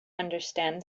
understand